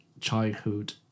childhood